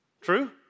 True